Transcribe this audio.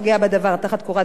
תחת קורת גג אחת,